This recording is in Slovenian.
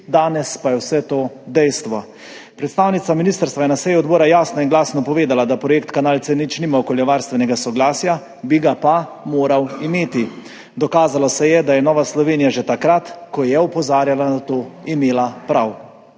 danes pa je vse to dejstvo. Predstavnica ministrstva je na seji odbora jasno in glasno povedala, da projekt kanal C0 nima okoljevarstvenega soglasja, bi ga pa moral imeti. Izkazalo se je, da je imela Nova Slovenija že takrat, ko je opozarjala na to, prav.